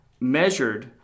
measured